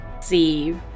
See